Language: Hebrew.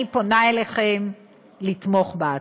אני פונה אליכם לתמוך בהצעה.